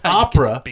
opera